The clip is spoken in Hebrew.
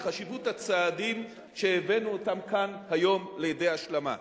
בחשיבות הצעדים שהבאנו אותם כאן לידי השלמה.